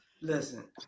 Listen